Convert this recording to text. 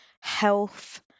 health